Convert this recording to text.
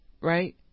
right